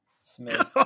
Smith